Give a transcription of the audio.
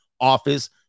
Office